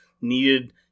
needed